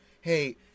hey